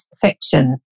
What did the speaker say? fiction